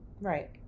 Right